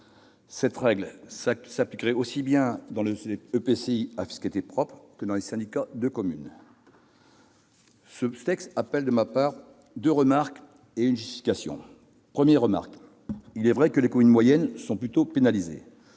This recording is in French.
Cette règle s'appliquerait aussi bien dans les EPCI à fiscalité propre que dans les syndicats de communes. Ce texte appelle de ma part deux remarques et une justification. Première remarque : il est vrai que les communes moyennes sont plutôt pénalisées,